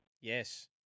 Yes